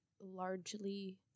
largely